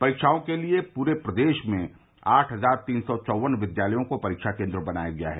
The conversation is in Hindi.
परीक्षाओं के लिये पूरे प्रदेश में आठ हज़ार तीन सौ चौकन विद्यालयों को परीक्षा केन्द्र बनाया गया है